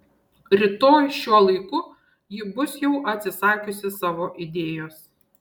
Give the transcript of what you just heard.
rytoj šiuo laiku ji bus jau atsisakiusi savo idėjos